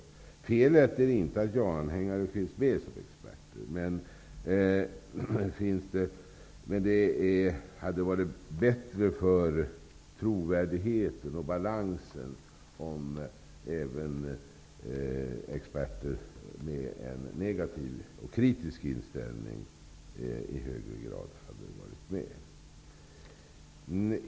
Felet är inte att ja-anhängare finns med som experter, men det hade varit bättre för trovärdigheten och balansen om även experter med en negativ och kritisk inställning i högre grad hade varit med.